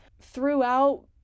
Throughout